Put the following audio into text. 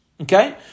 Okay